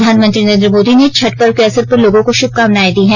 प्रधानमंत्री नरेंद्र मोदी ने छठ पर्व के अवसर पर लोगों को शुभकामनाए दी हैं